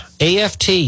AFT